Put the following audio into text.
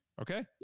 okay